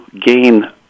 gain